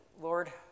Lord